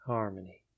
Harmony